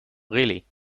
really